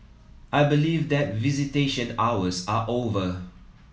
I believe that visitation hours are over